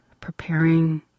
preparing